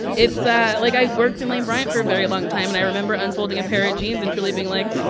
it's ah like, i worked in lane bryant for a very long time, and i remember unfolding a pair of jeans and truly really being like,